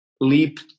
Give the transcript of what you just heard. leap